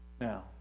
Now